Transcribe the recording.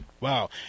Wow